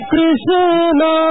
Krishna